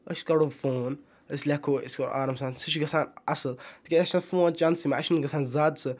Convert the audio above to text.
أسۍ کَڑو فون أسۍ لٮ۪کھَو آرام سان سُہ چھُ گَژھان اَصل تکیازِ اَسہِ چھُ آسان فون چَندسٕے مَنٛز اَسہِ چھُنہٕ گَژھان زیادٕ سُہ